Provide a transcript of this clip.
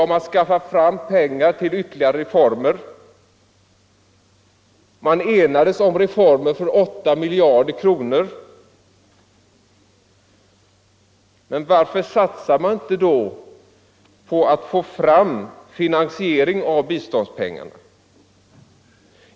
Man enades där om reformer för 8 miljarder kronor. Men varför satsade man inte då på att få fram finansiering av biståndspengarna?